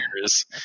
years